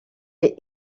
est